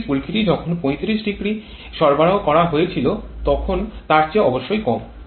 এটি স্ফুলকিটি যখন ৩৫০ এ সরবরাহ করা হয়েছিল তখন তার চেয়ে অবশ্যই কম